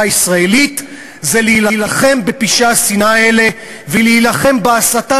הישראלית זה להילחם בפשעי השנאה האלה ולהילחם בהסתה